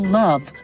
love